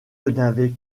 n’avait